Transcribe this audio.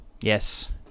Yes